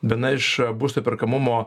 viena iš būsto perkamumo